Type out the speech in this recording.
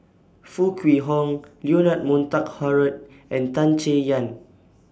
Foo Kwee Horng Leonard Montague Harrod and Tan Chay Yan